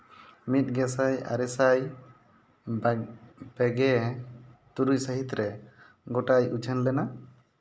ᱢᱤᱫ ᱜᱮᱥᱟᱭ ᱟᱨᱮᱥᱟᱭ ᱵᱟᱜᱮ ᱯᱮᱜᱮ ᱛᱩᱨᱩᱭ ᱥᱟᱹᱦᱤᱛ ᱨᱮ ᱜᱳᱴᱟᱭ ᱩᱪᱷᱟᱹᱱ ᱞᱮᱱᱟ